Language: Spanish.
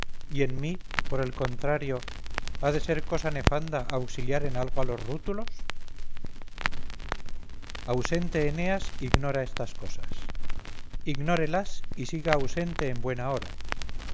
y en mí por el contrario ha de ser cosa nefanda auxiliar en algo a los rútulos ausente eneas ignora estas cosas ignórelas y siga ausente en buena hora